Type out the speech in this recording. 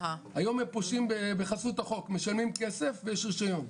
פושעים ברשות החוק, משלמים כסף ויש רישיון.